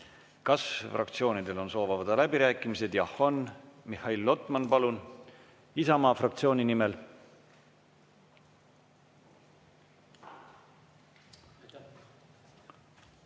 Kas fraktsioonidel on soov avada läbirääkimised? Jah on. Mihhail Lotman, palun, Isamaa fraktsiooni nimel!